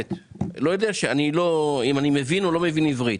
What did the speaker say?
אני לא יודע אם אני מבין או לא מבין עברית.